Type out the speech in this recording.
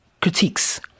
critiques